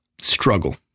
struggle